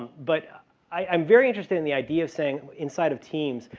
but i'm very interested in the idea of saying, inside of teams,